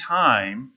time